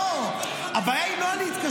לא, הבעיה היא לא להתקשר.